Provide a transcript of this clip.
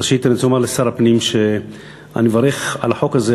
ראשית אני רוצה לומר לשר הפנים שאני מברך על החוק הזה,